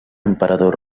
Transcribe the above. emperador